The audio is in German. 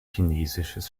chinesisches